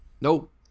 nope